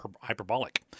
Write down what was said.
hyperbolic